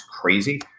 crazy